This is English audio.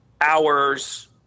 hours